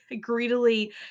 greedily